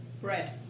Bread